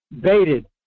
baited